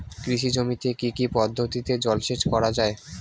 কৃষি জমিতে কি কি পদ্ধতিতে জলসেচ করা য়ায়?